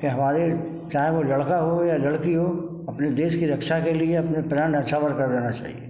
कि हमारे चाहे वो लड़का हो या लड़की हो अपनी देश की रक्षा के लिए अपने प्राण न्यौछावर कर देना चाहिए